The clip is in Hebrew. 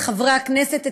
את חברי הכנסת,